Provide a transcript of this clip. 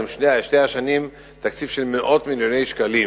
של מאות מיליוני שקלים,